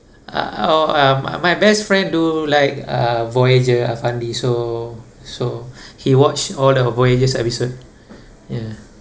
uh or uh my my best friend do like uh voyager afandi so so he watched all the voyager's episode ya